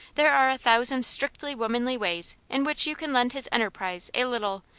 there are a thousand strictly womanly ways in which you can lend his enterprise a little,